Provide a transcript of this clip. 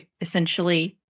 essentially